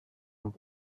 amb